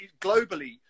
globally